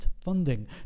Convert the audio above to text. funding